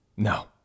No